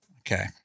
Okay